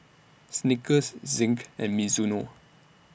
Snickers Zinc and Mizuno